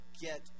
get